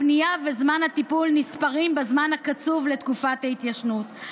הפנייה וזמן הטיפול נספרים בזמן הקצוב לתקופת ההתיישנות.